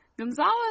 Gonzalez